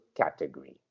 category